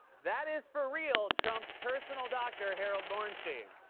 that is, for real, trump's personal doctor harold bornstein.